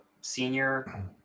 senior